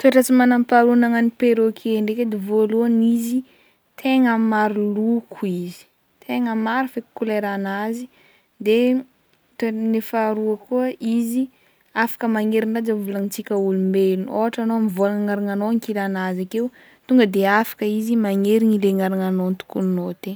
Toetra tsy manampaharoa anagnan'ny perroquet ndraiky edy, vôlohany izy tegna maro loko izy, tegna maro feky koleranazy de toegny faharoa koa izy magnerigny raha zay novolagnintsika olombelo, ôhatra anao mivolagna agnaranagnao ankilanazy akeo tonga de afaka izy magnerigny le agnaranagnao notokoninao te.